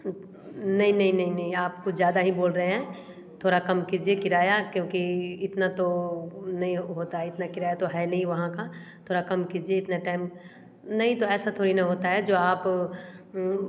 नहीं नहीं नहीं नहीं आप कुछ ज़्यादा ही बोल रहे हैं थोड़ा कम कीजिए किराया क्योंकि इतना तो नहीं होता है इतना किराया तो है नहीं वहाँ का तोड़ काम कीजिए इतना टाइम नहीं तो ऐसा थोड़ी ना होता है जो आप